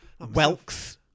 Welks